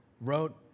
wrote